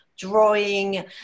drawing